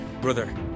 brother